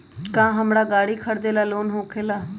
का हमरा गारी खरीदेला लोन होकेला?